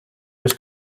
was